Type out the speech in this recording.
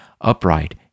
upright